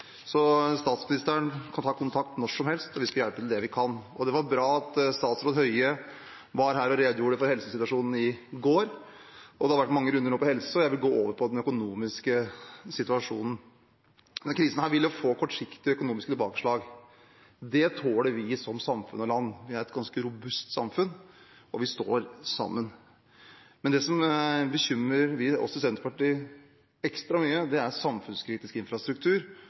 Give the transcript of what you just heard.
Statsministeren kan ta kontakt når som helst, og vi skal hjelpe med det vi kan. Det var bra at statsråd Høie var her og redegjorde for helsesituasjonen i går. Det har vært mange runder om helse nå, og jeg vil gå over til den økonomiske situasjonen. Denne krisen vil gi kortsiktige økonomiske tilbakeslag. Det tåler vi som samfunn og land. Vi er et ganske robust samfunn, og vi står sammen. Men det som bekymrer oss i Senterpartiet ekstra mye, er samfunnskritisk infrastruktur